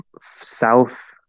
south